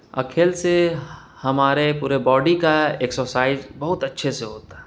اور کھیل سے ہمارے پورے باڈی کا ایکسرسائز بہت اچھے سے ہوتا ہے